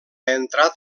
entrat